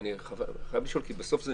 אני חייב לשאול, כי בסוף זה